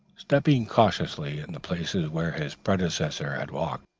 stepping cautiously in the places where his predecessors had walked,